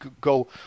go